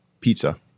pizza